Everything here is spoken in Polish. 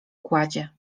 kładzie